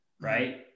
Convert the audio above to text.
right